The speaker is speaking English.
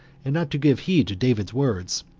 and not to give heed to david's words,